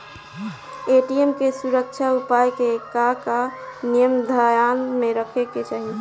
ATM के सुरक्षा उपाय के का का नियम ध्यान में रखे के चाहीं?